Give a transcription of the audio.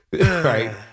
Right